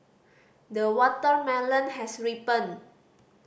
the watermelon has ripened